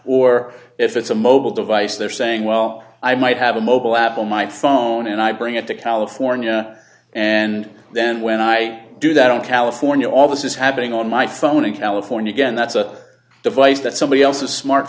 or if it's a mobile device they're saying well i might have a mobile app on my phone and i bring it to california and then when i do that in california all this is happening on my phone in california again that's a device that somebody else a smart